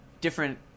different